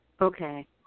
Okay